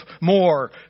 more